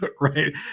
right